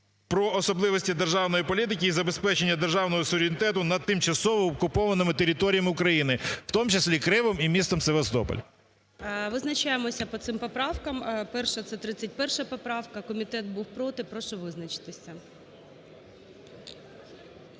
"про особливості державної політики із забезпечення державного суверенітету над тимчасово окупованими територіями України", у тому числі Кримом і містом Севастополь. ГОЛОВУЮЧИЙ. Визначаємося по цим поправкам. Перша – це 31 поправка. Комітет був проти. Прошу визначитися.